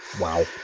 Wow